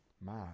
Man